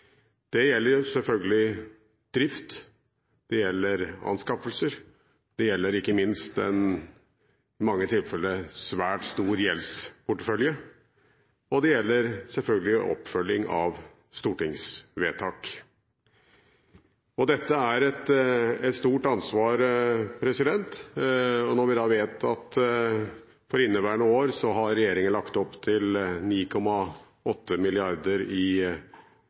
Det gjelder selvfølgelig drift, det gjelder anskaffelser, det gjelder ikke minst en i mange tilfeller svært stor gjeldsportefølje, og det gjelder selvfølgelig oppfølging av stortingsvedtak. Dette er et stort ansvar. Når vi da vet at for inneværende år har regjeringen lagt opp til 9,8 mrd. kr i